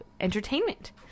entertainment